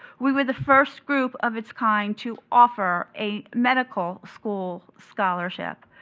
we were the first group of its kind to offer a medical school scholarship.